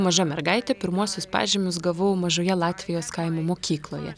maža mergaitė pirmuosius pažymius gavau mažoje latvijos kaimo mokykloje